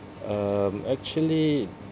um actually